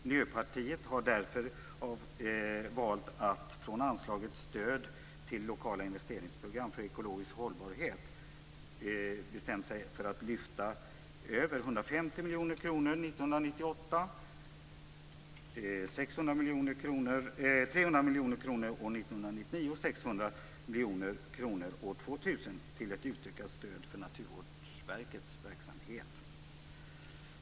Miljöpartiet har därför valt att från anslaget Stöd till lokala investeringsprogram för ekologisk hållbarhet lyfta över 150 miljoner kronor år 1998, 300 miljoner kronor år 1999 och 600 miljoner kronor år 2000 till ett utökat stöd för Naturvårdsverkets verksamhet.